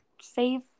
save